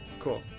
Cool